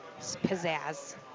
pizzazz